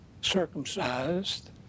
circumcised